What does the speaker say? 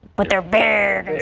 but their bare